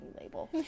label